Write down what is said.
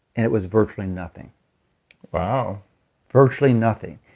and it was virtually nothing wow virtually nothing.